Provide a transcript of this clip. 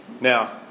Now